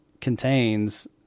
contains